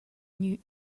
gnü